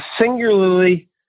singularly